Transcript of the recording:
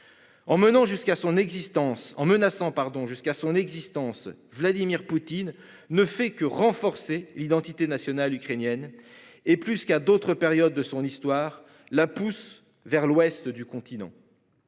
en menaçant pardon jusqu'à son existence. Vladimir Poutine ne fait que renforcer l'identité nationale ukrainienne et plus qu'à d'autres périodes de son histoire, la pousse vers l'ouest du continent.